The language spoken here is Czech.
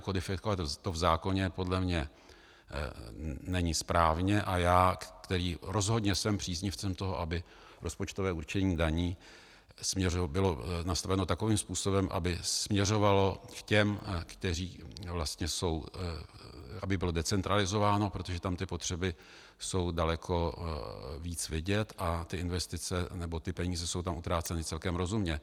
Kodifikovat to v zákoně podle mě není správné a já, který rozhodně jsem příznivcem toho, aby rozpočtové určení daní bylo nastaveno takovým způsobem, aby směřovalo k těm, kteří vlastně jsou aby bylo decentralizováno, protože tam ty potřeby jsou daleko víc vidět a ty investice, nebo ty peníze jsou tam utráceny celkem rozumně.